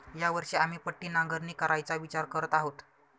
या वर्षी आम्ही पट्टी नांगरणी करायचा विचार करत आहोत